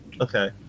Okay